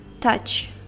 touch